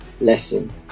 lesson